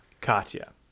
Katya